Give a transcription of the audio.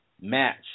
match